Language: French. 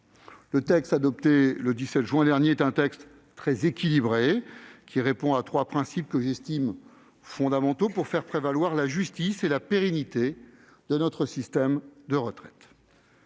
Le texte adopté le 17 juin dernier est très équilibré. Il répond à trois principes que j'estime fondamentaux pour faire prévaloir la justice et la pérennité de notre système de retraite,